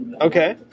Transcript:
Okay